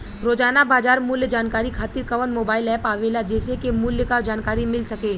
रोजाना बाजार मूल्य जानकारी खातीर कवन मोबाइल ऐप आवेला जेसे के मूल्य क जानकारी मिल सके?